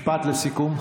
משפט לסיכום.